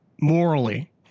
morally